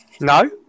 No